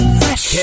fresh